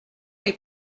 les